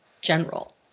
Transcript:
general